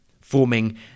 forming